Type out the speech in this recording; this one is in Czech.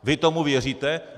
Vy tomu věříte?